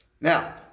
Now